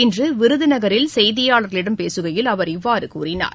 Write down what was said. இன்று விருதுநகரில் செய்தியாளர்களிடம் பேசுகையில் அவர் இவ்வாறு கூறினார்